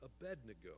Abednego